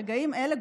ברגעים אלה,